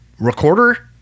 recorder